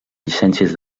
llicències